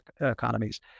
economies